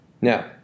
Now